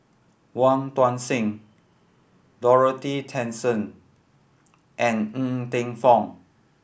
Wong Tuang Seng Dorothy Tessensohn and Ng Teng Fong